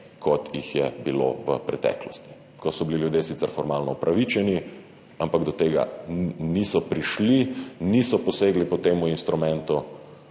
kot jih je bilo v preteklosti, ko so bili ljudje sicer formalno upravičeni, ampak do tega niso prišli, niso posegli po tem instrumentu.